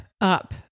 up